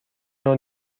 نوع